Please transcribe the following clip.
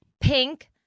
Pink